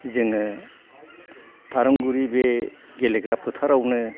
जोङो थारंगुरि बे गेलेग्रा फोथारावनो